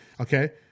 Okay